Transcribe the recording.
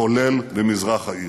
כולל במזרח העיר.